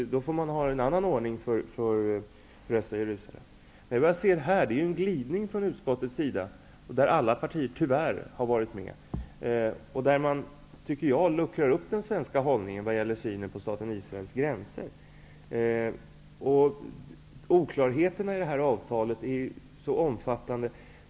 Då får man ha en annan ordning för östra Jerusalem. Jag ser här en glidning från utskottets sida, en glidning som tyvärr alla partier har bidragit till. Jag tycker att man därigenom luckrar upp den svenska synen på staten Israels gränser. Oklarheterna i avtalet är omfattande.